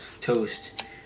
toast